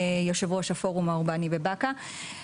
יושב ראש הפורום האורבני בבקעה.